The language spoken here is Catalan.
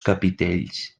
capitells